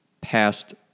past